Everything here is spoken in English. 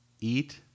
eat